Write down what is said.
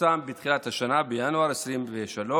פורסם בתחילת השנה, בינואר 2023,